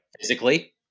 physically